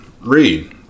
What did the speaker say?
read